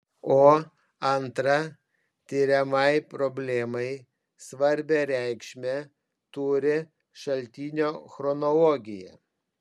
o antra tiriamajai problemai svarbią reikšmę turi šaltinio chronologija